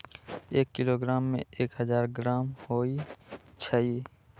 एक किलोग्राम में एक हजार ग्राम होई छई